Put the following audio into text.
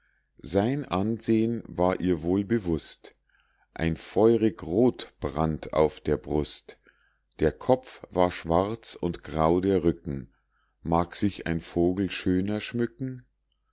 sein ansehn war ihr wohl bewußt ein feurig roth brannt auf der brust der kopf war schwarz und grau der rücken mag sich ein vogel schöner schmücken